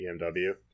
BMW